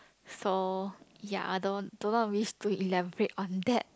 so ya I don't I do not wish to elaborate on that